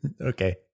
Okay